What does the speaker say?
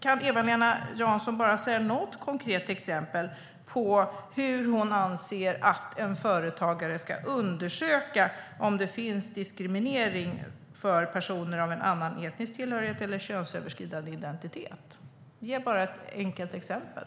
Kan Eva-Lena Jansson ge något konkret exempel på hur hon anser att en företagare ska undersöka om det finns diskriminering av personer av en annan etnisk tillhörighet eller könsöverskridande identitet? Ge bara ett enkelt exempel.